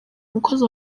umukozi